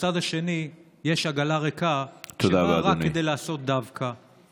ובצד האחר יש עגלה ריקה שבאה רק כדי לעשות דווקא.